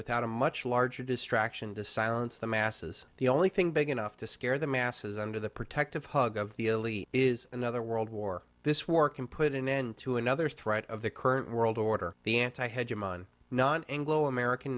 without a much larger distraction to silence the masses the only thing big enough to scare the masses under the protective hug of the elite is another world war this war can put an end to another threat of the current world order the anti head human not anglo american